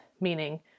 meaning